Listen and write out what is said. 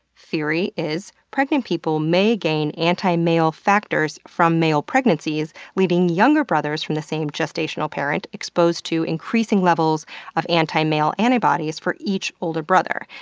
theory is pregnant people may gain anti-male factors from male pregnancies, leading younger brothers from the same gestational parent exposed to increasing levels of anti-male antibodies for each older brother,